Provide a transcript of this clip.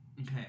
Okay